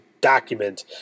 document